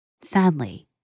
Sadly